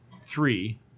three